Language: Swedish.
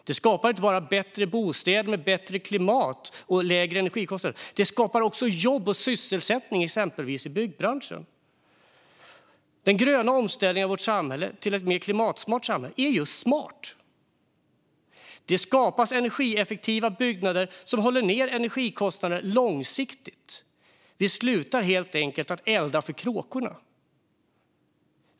Det skapar inte bara bättre bostäder med bättre klimat och lägre energikostnader. Det skapar också jobb och sysselsättning exempelvis i byggbranschen. Den gröna omställningen av vårt samhälle till ett mer klimatsmart samhälle är just smart. Det skapas energieffektiva byggnader som håller nere energikostnaderna långsiktigt. Vi slutar helt enkelt att elda för kråkorna.